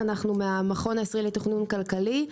אנחנו מהמכון הישראלי לתכנון כלכלי.